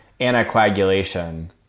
anticoagulation